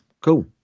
Cool